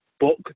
book